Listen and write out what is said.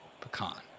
Pecan